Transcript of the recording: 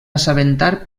assabentar